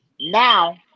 Now